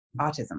autism